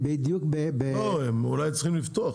לא, אולי הם צריכים לפתוח.